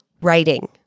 writing